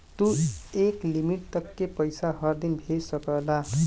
तू एक लिमिट तक के पइसा हर दिन भेज सकला